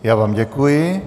Já vám děkuji.